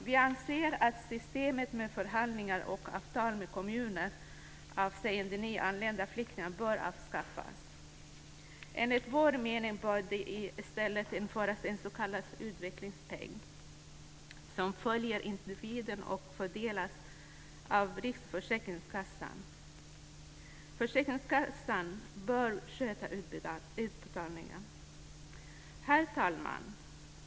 Vi anser att systemet med förhandlingar och avtal med kommuner avseende nyanlända flyktingar bör avskaffas. Enligt vår mening bör det i stället införas en s.k. utvecklingspeng som följer individen och fördelas av Riksförsäkringsverket. Försäkringskassan bör sköta utbetalningen. Herr talman!